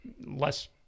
less